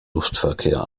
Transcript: luftverkehr